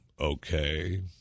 Okay